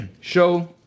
Show